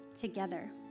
together